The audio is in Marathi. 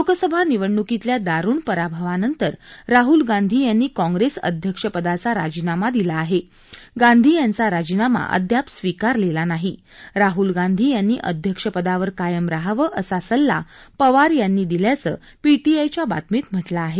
लोकसभा निवडण्कीतल्या दारुण पराभवानंतर राहल गांधी यांनी काँग्रेस अध्यक्षपदाचा राजीनामा दिला आहे गांधी यांचा राजीनामा अद्याप स्वीकारलेला नाही राहल गांधी यांनी अध्यक्षपदावर कायम राहावं असा सल्ला पवार यांनी दिल्याचं पीटीआयच्या बातमीत म्हटलं आहे